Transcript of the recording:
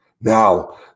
Now